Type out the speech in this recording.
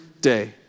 day